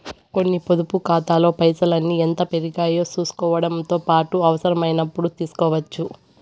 కొన్ని పొదుపు కాతాల్లో పైసల్ని ఎంత పెరిగాయో సూసుకోవడముతో పాటు అవసరమైనపుడు తీస్కోవచ్చు